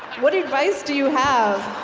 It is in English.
what advice do you have?